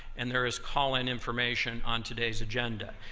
and there is call-in information on today's agenda.